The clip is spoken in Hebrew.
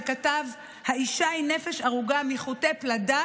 וכתב: "האישה היא נפש ארוגה מחוטי פלדה